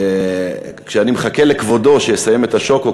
כשאני מחכה לכבודו שיסיים את השוקו,